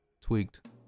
Tweaked